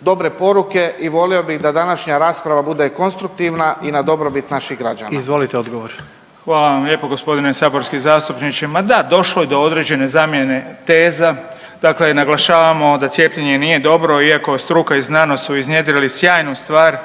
dobre poruke i volio bih da današnja rasprava bude konstruktivna i na dobrobit naših građana. **Jandroković, Gordan (HDZ)** Izvolite odgovor. **Beroš, Vili (HDZ)** Hvala vam lijepo g. saborski zastupniče. Ma da, došlo je do određene zamjene teza, dakle naglašavamo da cijepljenje nije dobro iako struka i znanost su iznjedrili sjajnu stvar,